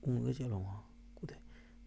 भी चलो आं